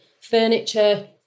furniture